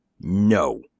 No